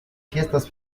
fiestas